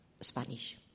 Spanish